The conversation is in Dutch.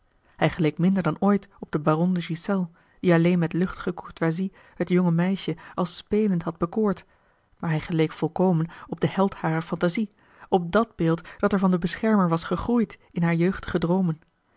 hij geleek minder dan ooit op den baron de ghiselles die alleen met luchtige courtoisie het jonge meisje als spelend had bekoord maar hij geleek volkomen op den held harer phantasie op dàt beeld dat er van den beschermer was gegroeid in hare jeugdige droomen